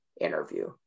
interview